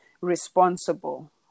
responsible